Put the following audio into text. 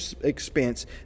expense